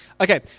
Okay